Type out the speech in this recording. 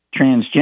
transgender